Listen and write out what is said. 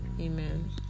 Amen